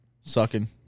Sucking